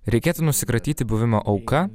reikėtų nusikratyti buvimo auka